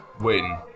win